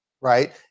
right